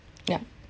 yup